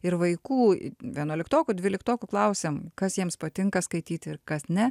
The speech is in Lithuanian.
ir vaikų vienuoliktokų dvyliktokų klausėm kas jiems patinka skaityti ir kas ne